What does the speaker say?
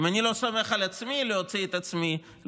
אם אני לא סומך על עצמי, להוציא את עצמי לנבצרות,